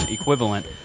equivalent